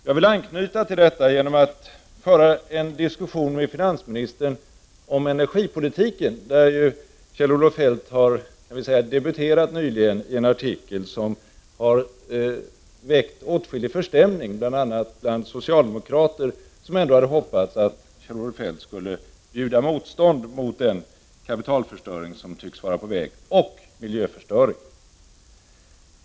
Jag vill anknyta till detta genom att diskutera med finansministern om energipolitiken, där han ju nyligen debuterat i en artikel som väckt åtskillig förstämning, bl.a. bland socialdemokrater som ändock hade hoppats att Kjell-Olof Feldt skulle bjuda motstånd mot den kapitalförstöring, och miljöförstöring, som tycks vara på väg.